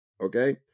okay